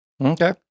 Okay